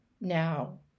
now